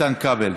איתן כבל.